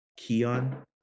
kion